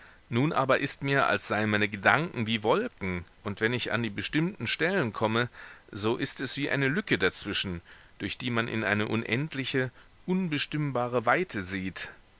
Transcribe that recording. nun aber ist mir als seien meine gedanken wie wolken und wenn ich an die bestimmten stellen komme so ist es wie eine lücke dazwischen durch die man in eine unendliche unbestimmbare weite sieht